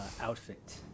outfit